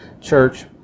church